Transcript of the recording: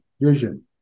vision